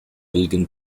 elgin